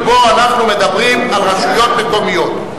שבו אנחנו מדברים על רשויות מקומיות.